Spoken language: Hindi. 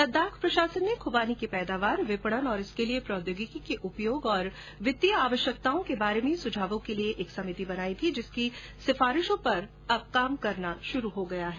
लद्दाख प्रशासन ने खुबानी की पैदावार विपणन और इसके लिए प्रौद्योगिकी के उपयोग तथा वित्तीय आवश्यकताओं के बारे में सुझावों के लिए एक समिति बनाई गई थी जिसकी सिफारिशों पर काम करना शुरू कर दिया है